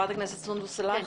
חברת הכנסת סונדוס סאלח.